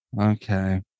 okay